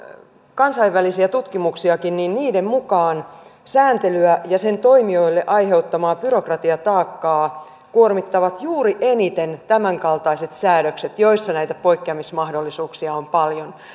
kansainvälisiä tutkimuksiakin niin niiden mukaan sääntelyä ja sen toimijoille aiheuttamaa byrokratiataakkaa kuormittavat juuri eniten tämänkaltaiset säädökset joissa näitä poikkeamismahdollisuuksia on paljon